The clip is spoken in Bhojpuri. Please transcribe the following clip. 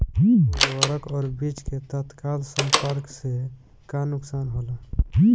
उर्वरक और बीज के तत्काल संपर्क से का नुकसान होला?